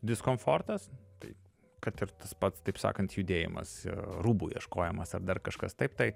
diskomfortas tai kad ir tas pats taip sakant judėjimas rūbų ieškojimas ar dar kažkas taip tai